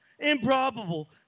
improbable